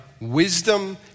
wisdom